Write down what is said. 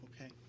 Okay